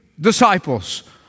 disciples